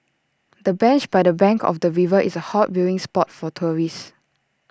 the bench by the bank of the river is A hot viewing spot for tourists